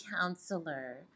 counselor